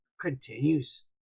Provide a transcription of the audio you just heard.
continues